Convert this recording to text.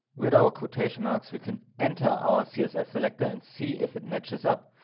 without quotation marks, we can enter our css selector and see if it matches up.